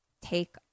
take